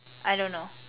I don't know